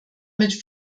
mit